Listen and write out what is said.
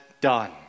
done